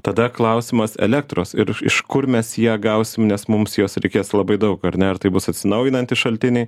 tada klausimas elektros ir iš kur mes ją gausim nes mums jos reikės labai daug ar ne ar tai bus atsinaujinantys šaltiniai